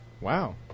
Wow